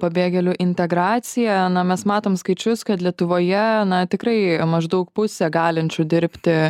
pabėgėlių integraciją na mes matom skaičius kad lietuvoje na tikrai maždaug pusę galinčių dirbti